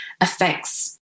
affects